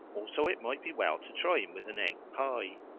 also, it might be well to try him with an egg pie.